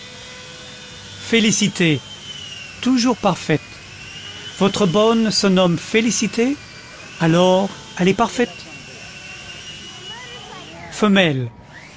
félicité toujours parfaite votre bonne se nomme félicité alors elle est parfaite femelle